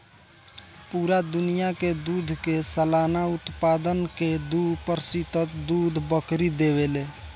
पूरा दुनिया के दूध के सालाना उत्पादन के दू प्रतिशत दूध बकरी देवे ले